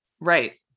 Right